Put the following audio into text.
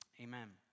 Amen